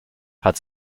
hat